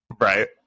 Right